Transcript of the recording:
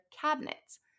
cabinets